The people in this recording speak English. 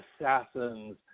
assassins